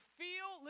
feel